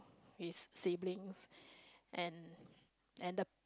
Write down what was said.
his siblings and and the